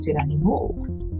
anymore